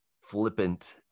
flippant